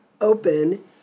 open